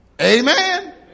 Amen